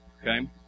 Okay